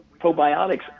probiotics